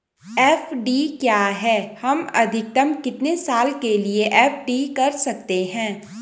FD क्या है हम अधिकतम कितने साल के लिए एफ.डी कर सकते हैं?